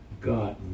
God